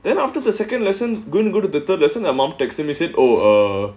then after the second lesson gonna go to the third lesson amount of me sit oh err